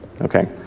okay